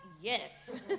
yes